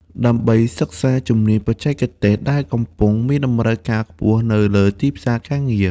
ដើម្បីសិក្សាជំនាញបច្ចេកទេសដែលកំពុងមានតម្រូវការខ្ពស់នៅលើទីផ្សារការងារ។